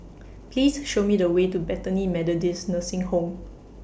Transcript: Please Show Me The Way to Bethany Methodist Nursing Home